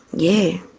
yeah.